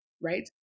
right